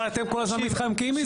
אבל אתם כל הזמן מתחמקים מזה.